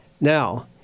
Now